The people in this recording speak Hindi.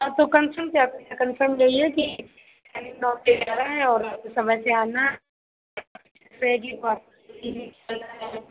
आप तो कन्फ़र्म से आप कन्फ़र्म जाइए कि टाइम नौ से ग्यारह है और समय से आना है